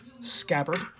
scabbard